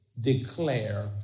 declare